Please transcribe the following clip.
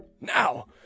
Now